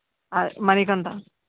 Manikanta